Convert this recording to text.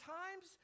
times